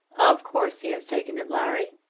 of course he has taken it, larry.